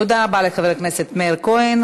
תודה רבה לחבר הכנסת מאיר כהן.